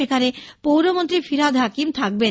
সেখানে পৌরমন্ত্রী ফিরহাদ হাকিম থাকবেন